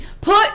put